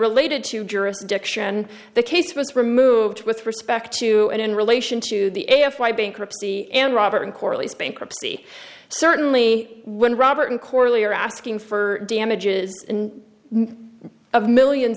related to jurisdiction the case was removed with respect to and in relation to the air flight bankruptcy and robert and coralie's bankruptcy certainly when robert and chorley are asking for damages of millions